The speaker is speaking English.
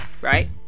right